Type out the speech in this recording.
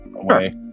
away